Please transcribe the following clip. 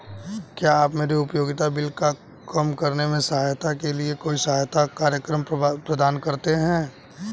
क्या आप मेरे उपयोगिता बिल को कम करने में सहायता के लिए कोई सहायता कार्यक्रम प्रदान करते हैं?